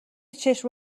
چشم